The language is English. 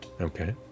Okay